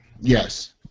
Yes